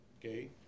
okay